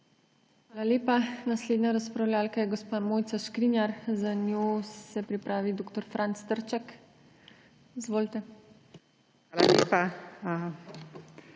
Hvala lepa. Naslednja razpravljavka je gospa Mojca Škrinjar, za njo se pripravi dr. Franc Trček. Izvolite. MOJCA